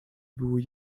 były